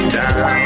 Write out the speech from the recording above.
down